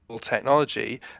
Technology